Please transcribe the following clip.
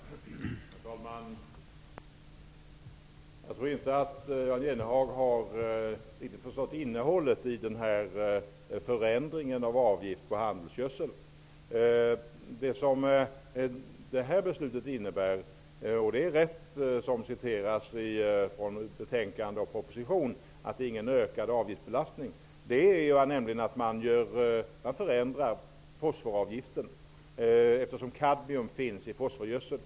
Herr talman! Jag tror inte att Jan Jennehag riktigt har förstått innehållet i förändringen av avgift på handelsgödsel. Det är riktigt, som det står i betänkandet och i propositionen, att detta beslut inte innebär någon ökad avgiftsbelastning. Man förändrar nämligen avgiften på fosfor, eftersom kadmium finns i fosforgödsel.